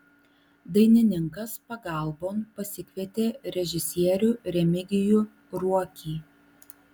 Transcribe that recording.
dainininkas pagalbon pasikvietė režisierių remigijų ruokį